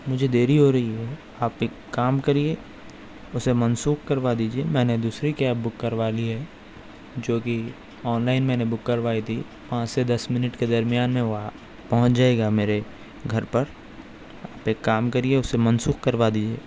مجھے دیری ہو رہی ہے آپ ایک کام کریے اُسے منسوخ کروا دیجیے میں نے دوسری کیب بک کروا لی ہے جو کہ آن لائن میں نے بک کروائی تھی وہاں سے دس منٹ کے درمیان میں وہاں سے پہنچ جائے گا میرے گھر پر آپ ایک کام کریے اُسے منسوخ کروا دیجیے